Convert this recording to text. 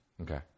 Okay